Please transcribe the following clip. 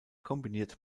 kombiniert